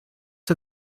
did